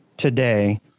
today